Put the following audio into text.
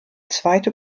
zweite